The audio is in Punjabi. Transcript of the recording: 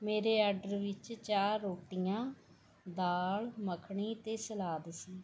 ਮੇਰੇ ਆਡਰ ਵਿੱਚ ਚਾਰ ਰੋਟੀਆਂ ਦਾਲ ਮੱਖਣੀ ਅਤੇ ਸਲਾਦ ਸੀ